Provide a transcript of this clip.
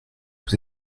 vous